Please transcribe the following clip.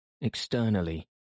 Externally